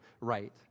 right